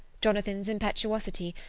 jonathan's impetuosity,